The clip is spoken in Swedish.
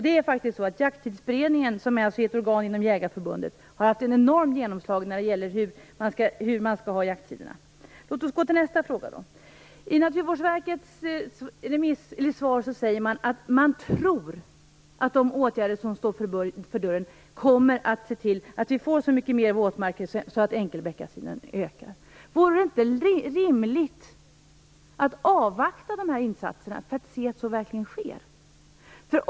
Det är faktiskt så att Jakttidsberedningen, som alltså är ett organ inom Jägareförbundet, har haft ett enormt genomslag när det gällt hur jakttiderna skall vara. Låt oss gå till nästa fråga. Naturvårdsverket säger man att man tror att de åtgärder som står för dörren kommer att göra att vi får så mycket mer våtmarker att enkelbeckasinen ökar. Vore det inte rimligt att avvakta dessa insatser för att se att så verkligen sker?